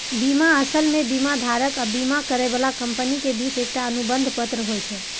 बीमा असल मे बीमाधारक आ बीमा करै बला कंपनी के बीच एकटा अनुबंध पत्र होइ छै